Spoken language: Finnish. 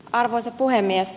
arvoisa puhemies